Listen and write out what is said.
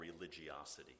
religiosity